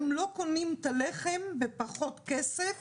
הם לא קונים את הלחם בפחות כסף